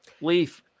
Leaf